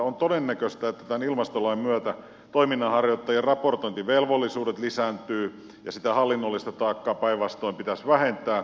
on todennäköistä että tämän ilmastolain myötä toiminnanharjoittajan raportointivelvollisuudet lisääntyvät ja sitä hallinnollista taakkaa päinvastoin pitäisi vähentää